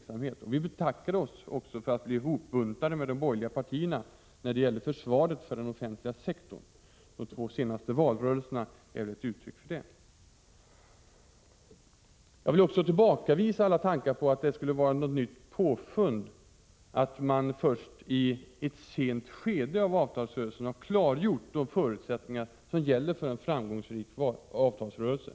Vi socialdemokrater betackar oss för att bli hopbuntade med de borgerliga partierna när det gäller försvaret av den offentliga sektorn. De två senaste valrörelserna är ett uttryck för det. Jag vill också tillbakavisa tt det först i ett sent skede av avtalsrörelsen skulle ha klargjorts vilka förutsättningar som gäller för en framgångsrik avtalsrörelse.